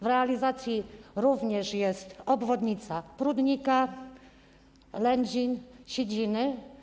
W realizacji również są obwodnice Prudnika, Lędzin, Siedziny.